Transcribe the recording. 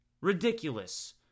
Ridiculous